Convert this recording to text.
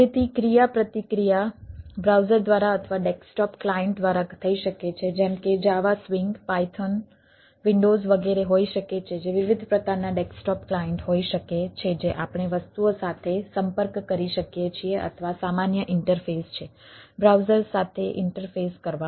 તેથી ક્રિયાપ્રતિક્રિયા બ્રાઉઝર વગેરે હોઈ શકે છે જે વિવિધ પ્રકારના ડેસ્કટોપ ક્લાયન્ટ હોઈ શકે છે જે આપણે વસ્તુઓ સાથે સંપર્ક કરી શકીએ છીએ અથવા સામાન્ય ઈન્ટરફેસ છે બ્રાઉઝર સાથે ઇન્ટરફેસ કરવા માટે